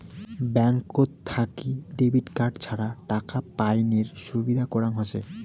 ব্যাঙ্কত থাকি debit card ছাড়া টাকা পাইনের সুবিধা করাং হসে